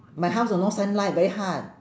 my house got no sunlight very hard